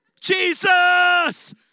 Jesus